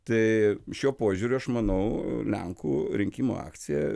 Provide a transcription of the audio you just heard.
tai šiuo požiūriu aš manau lenkų rinkimų akcija